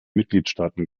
mitgliedstaaten